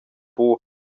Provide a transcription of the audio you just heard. buca